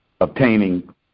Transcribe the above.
obtaining